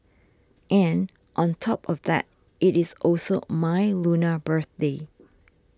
and on top of that it is also my Lunar birthday